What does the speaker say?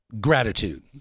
gratitude